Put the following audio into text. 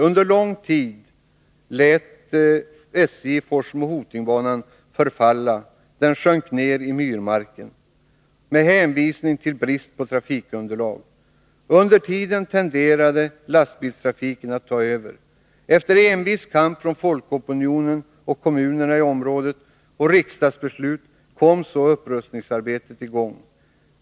Under lång tid lät SJ Forsmo-Hoting-banan förfalla och sjunka ner i myrmarken, med hänvisning till brist på trafikunderlag. Under tiden tenderade lastbilstrafiken att ta över. Efter envis kamp från folkopinionen och kommunerna i området och efter riksdagsbeslut kom så upprustningsarbetet i gång.